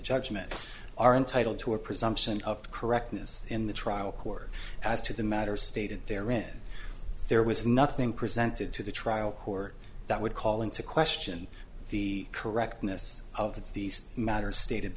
judgment are entitled to a presumption of correctness in the trial court as to the matter stated there in there was nothing presented to the trial court that would call into question the correctness of that these matters stated